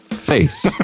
face